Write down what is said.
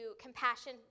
compassion